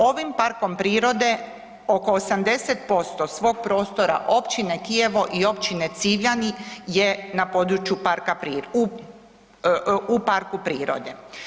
Ovim parkom prirode oko 80% svog prostora općine Kijevo i općine Civljani je na području parka, u parku prirode.